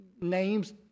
names